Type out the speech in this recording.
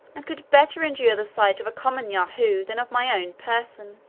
and could better endure the sight of a common yahoo than of my own person.